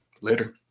Later